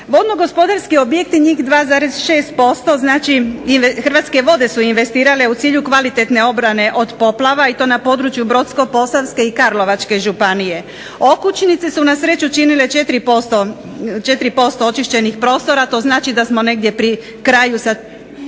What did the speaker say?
Vojno gospodarski objekti njih 2,6% znači i Hrvatske vode su investirale u cilju kvalitetne obrane od poplava i to na području Brodsko-posavske i Karlovačke županije. Okućnice su na sreću činile 4% očišćenih prostora to znači da smo negdje pri kraju sa